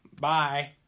Bye